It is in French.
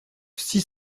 six